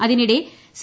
അതിനിടെ സി